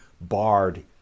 barred